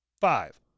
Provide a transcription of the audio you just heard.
Five